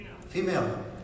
female